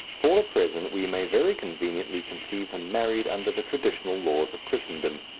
for the present we may very conveniently conceive him married under the traditional laws of christendom.